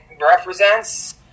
represents